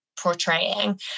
portraying